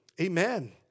Amen